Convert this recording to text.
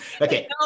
Okay